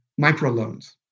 microloans